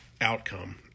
outcome